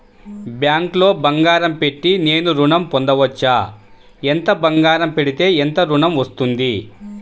బ్యాంక్లో బంగారం పెట్టి నేను ఋణం పొందవచ్చా? ఎంత బంగారం పెడితే ఎంత ఋణం వస్తుంది?